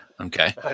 Okay